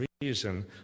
reason